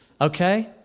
Okay